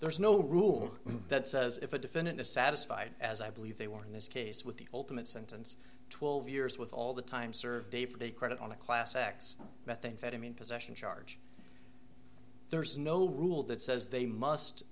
there's no rule that says if a defendant is satisfied as i believe they were in this case with the ultimate sentence twelve years with all the time served day for day credit on a class x methamphetamine possession charge there is no rule that says they must